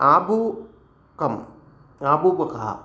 अपूपम्अपूपाः